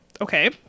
Okay